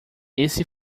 esse